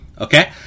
okay